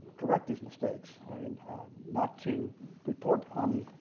correct these mistakes. and not to report on